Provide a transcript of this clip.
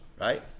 right